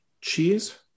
cheese